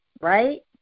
right